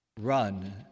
run